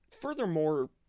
Furthermore